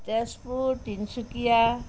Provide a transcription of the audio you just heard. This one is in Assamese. তেজপুৰ তিনিচুকীয়া